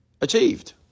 achieved